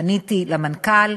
פניתי למנכ"ל,